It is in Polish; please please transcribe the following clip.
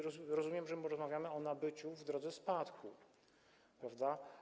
Rozumiem, że rozmawiamy o nabyciu w drodze spadku, prawda?